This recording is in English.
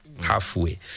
halfway